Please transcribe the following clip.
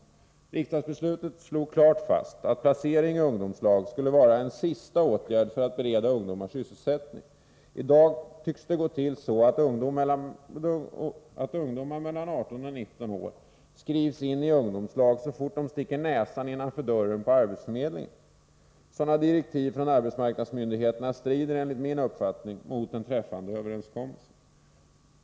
I riksdagsbeslutet slogs det klart fast att placeringen i ungdomslag skulle vara en sista åtgärd för att bereda ungdomar sysselsättning. I dag tycks det gå till så, att ungdomar mellan 18 och 19 år skrivs in i ungdomslag så fort de sticker in näsan innanför dörren på arbetsförmedlingen. Enligt min mening strider sådana direktiv från arbetsmarknadsmyndigheterna mot den träffade överenskommelsen.